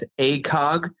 ACOG